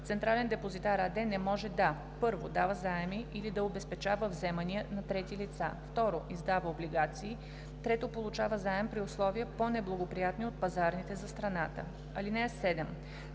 „Централен депозитар“ АД не може да: 1. дава заеми или да обезпечава вземания на трети лица; 2. издава облигации; 3. получава заеми при условия, по-неблагоприятни от пазарните за страната. (7)